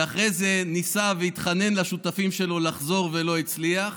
ואחרי זה ניסה והתחנן לשותפים שלו לחזור ולא הצליח,